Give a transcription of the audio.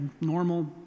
normal